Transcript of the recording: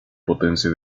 potencia